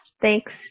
thanks